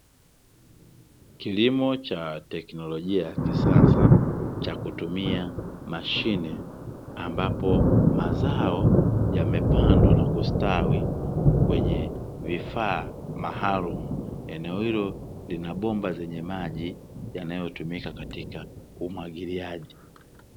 Kilimo cha teknolojia ya kisasa cha kutumia mashine, ambapo mazao yamepandwa na kustawi kwenye vifaa maalumu. Eneo hilo lina bomba zenye maji yanayotumika katika umwagiliaji.